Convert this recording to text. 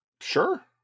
sure